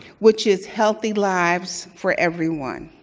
which is healthy lives for everyone.